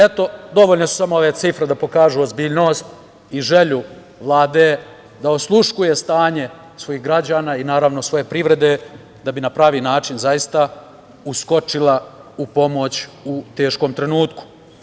Eto, dovoljne su samo ove cifre da pokažu ozbiljnost i želju Vlade da osluškuje stanje svojih građana i naravno svoje privrede da bi na pravi način uskočila u pomoć u teškom trenutku.